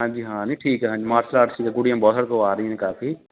ਹਾਂਜੀ ਹਾਂ ਨਹੀਂ ਠੀਕ ਹੈ ਮਾਰਸ਼ਲ ਆਰਟ ਦੀ ਕੁੜੀਆਂ ਬਹੁਤ ਸਾਡੇ ਕੋਲ ਆ ਰਹੀਆਂ ਨੇ ਕਾਫ਼ੀ